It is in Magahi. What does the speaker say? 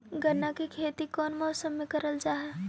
गन्ना के खेती कोउन मौसम मे करल जा हई?